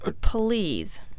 please